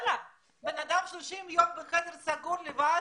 בן אדם שנמצא 30 יום בחדר סגור, לבד,